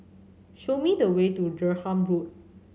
show me the way to Durham Road